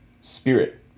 spirit